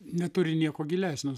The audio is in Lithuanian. neturi nieko gilesnio